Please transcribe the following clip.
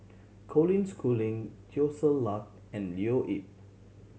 Colin Schooling Teo Ser Luck and Leo Yip